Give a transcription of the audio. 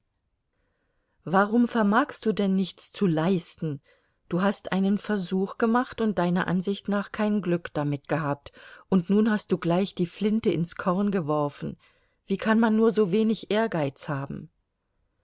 warum vermagst du denn nichts zu leisten du hast einen versuch gemacht und deiner ansicht nach kein glück damit gehabt und nun hast du gleich die flinte ins korn geworfen wie kann man nur so wenig ehrgeiz haben